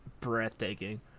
breathtaking